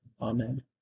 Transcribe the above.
amen